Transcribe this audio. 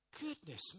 Goodness